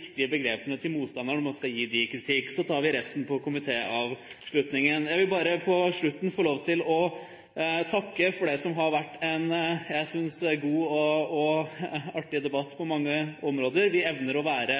riktige begrepene når man skal gi motstanderen kritikk – så tar vi resten på komitéavslutningen. Jeg vil til slutt bare takke for det jeg synes har vært en god og artig debatt på mange områder. Vi evner å være